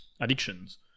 addictions